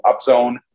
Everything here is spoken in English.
upzone